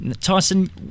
Tyson